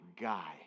guy